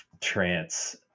trance